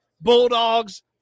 Bulldogs